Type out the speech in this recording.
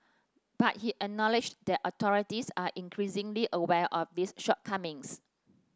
but he acknowledged that authorities are increasingly aware of these shortcomings